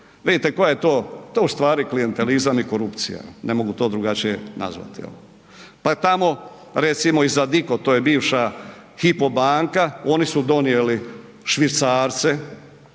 vidite koja je to, to je u stvari klijentelizam i korupcija ne mogu to drugačije nazvati. Pa je tamo recimo i za Addiko to je Hypo banka oni su donijeli švicarce,